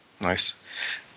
nice